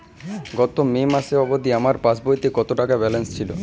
গত মে মাস অবধি আমার পাসবইতে কত টাকা ব্যালেন্স ছিল?